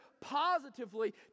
positively